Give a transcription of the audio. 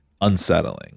unsettling